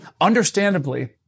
understandably